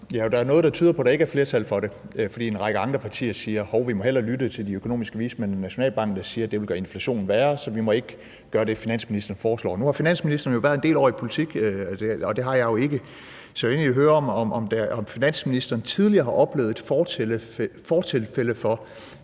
er jo noget, der tyder på, at der ikke er flertal for det, for en række andre partier siger: Hov, vi må hellere lytte til de økonomiske vismænd, når det er Nationalbanken, der siger, at det vil gøre inflationen værre. Så vi må ikke gøre det, finansministeren foreslår. Nu har finansministeren jo været en del år i politik, og det har jeg ikke, så jeg vil egentlig høre, om finansministeren tidligere har oplevet et fortilfælde af,